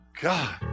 God